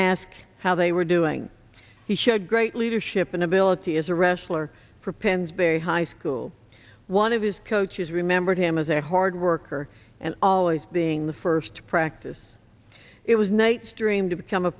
ask how they were doing he showed great leadership and ability as a wrestler for pennsbury high school one of his coaches remembered him as a hard worker and always being the first to practice it was night's dream to become a